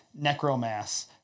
necromass